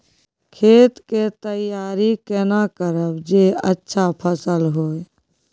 खेत के तैयारी केना करब जे अच्छा फसल होय?